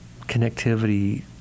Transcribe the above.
connectivity